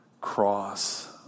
cross